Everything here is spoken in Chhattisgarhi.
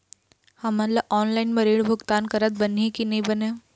हमन ला ऑनलाइन म ऋण भुगतान करत बनही की नई बने?